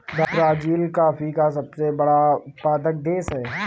Brazil coffee का सबसे बड़ा उत्पादक देश है